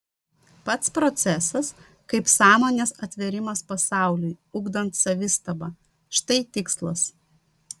pats procesas kaip sąmonės atvėrimas pasauliui ugdant savistabą štai tikslas